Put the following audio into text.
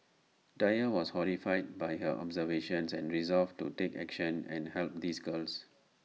dyer was horrified by her observations and resolved to take action and help these girls